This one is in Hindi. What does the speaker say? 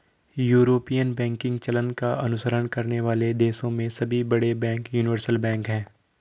यूरोपियन बैंकिंग चलन का अनुसरण करने वाले देशों में सभी बड़े बैंक यूनिवर्सल बैंक हैं